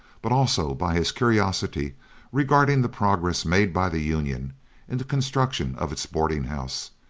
but also by his curiosity regarding the progress made by the union in the construction of its boarding-house,